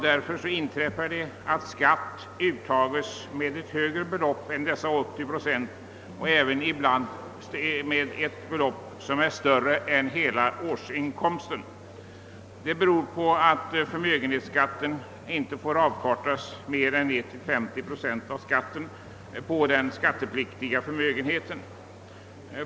Därför inträffar att skatt uttages med ett högre belopp än dessa 80 procent, ibland med ett belopp som är större än hela årsinkomsten. Detta beror på att förmögenhetsskatten inte får avkortas mer än ned till 50 procent av skatten på den skattepliktiga förmögenheten.